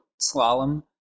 slalom